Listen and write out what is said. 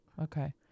Okay